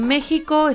México